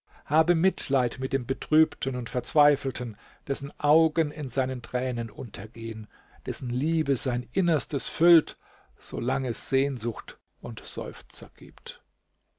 habe mitleid mit dem betrübten und verzweifelten dessen augen in seinen tränen untergehen dessen liebe sein innerstes füllt so lang es sehnsucht und seufzer gibt